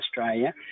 Australia